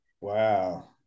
Wow